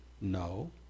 No